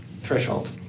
threshold